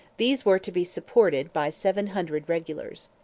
these were to be supported by seven hundred regulars.